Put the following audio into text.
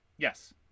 Yes